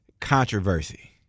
controversy